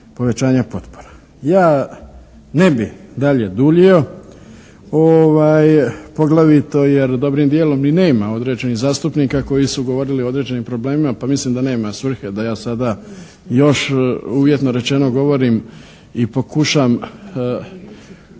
Ja ne bih dalje duljio poglavito jer dobrim dijelom i nema određenih zastupnika koji su govorili o određenim problemima pa mislim da nema svrhe da ja sada još, uvjetno rečeno govorim i pokušam